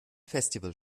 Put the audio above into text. festival